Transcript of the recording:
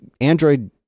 Android